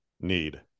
need